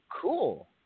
cool